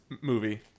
movie